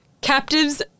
captives